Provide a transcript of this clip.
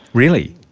really?